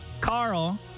Carl